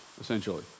essentially